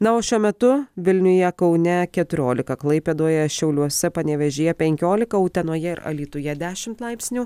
na o šiuo metu vilniuje kaune keturiolika klaipėdoje šiauliuose panevėžyje penkiolika utenoje ir alytuje dešimt laipsnių